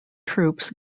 troops